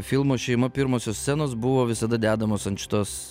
filmo šeima pirmosios scenos buvo visada dedamos ant šitos